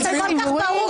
זה ייצוג האינטרס הציבורי?